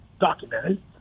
documented